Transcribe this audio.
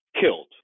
killed